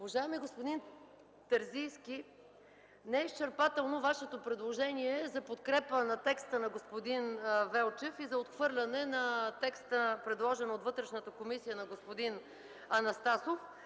Уважаеми господин Терзийски, не е изчерпателно Вашето предложение за подкрепа на текста на господин Велчев и за отхвърляне на текста, предложен от Вътрешната комисия на господин Анастасов.